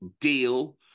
Deal